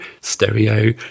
stereo